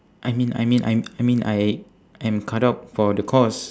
I mean I mean I I mean I am cut out for the course